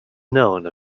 known